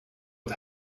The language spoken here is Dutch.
het